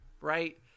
Right